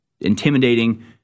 intimidating